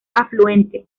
afluente